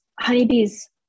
honeybees